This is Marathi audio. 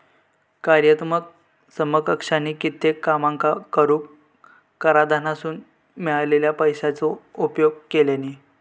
कार्यात्मक समकक्षानी कित्येक कामांका करूक कराधानासून मिळालेल्या पैशाचो उपयोग केल्यानी